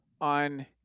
on